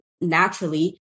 naturally